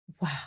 wow